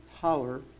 power